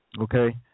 Okay